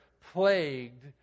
plagued